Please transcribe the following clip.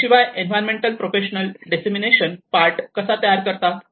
त्याशिवाय environment professionals dissemination part कसा तयार करतात